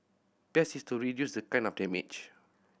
best is to reduce the kind of damage